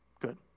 good